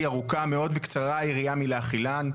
היא ארוכה מאוד וקצרה היריעה מלהכילן,